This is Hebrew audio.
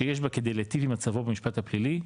שיש בה כדי להיטיב עם מצבו במשפט הפלילי,